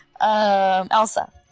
Elsa